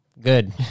good